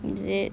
is it